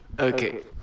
Okay